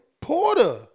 Porter